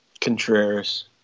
Contreras